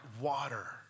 Water